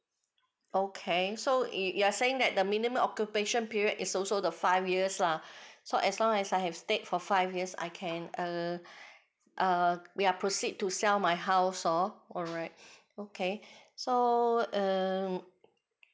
okay so you you are saying that the minimum occupation period is also the five years lah so as long as I have stayed for five years I can uh uh we are proceed to sell my house hor alright okay so err